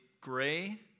gray